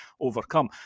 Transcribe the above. overcome